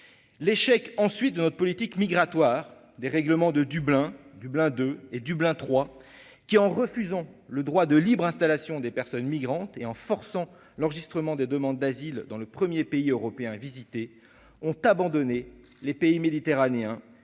l'échec ensuite de notre politique migratoire des règlements de Dublin Dublin II et Dublin III qui, en refusant le droit de libre installation des personnes migrantes et en forçant l'enregistrement des demandes d'asile dans le 1er pays européen visiter ont abandonné les pays méditerranéens